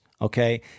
okay